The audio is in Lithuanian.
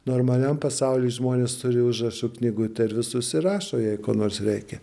normaliam pasauly žmonės turi užrašų knygutę ir vis užsirašo jei ko nors reikia